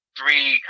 three